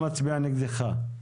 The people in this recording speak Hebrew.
צריך לחדש אותו כל שנה?